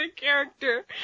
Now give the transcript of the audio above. character